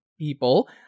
people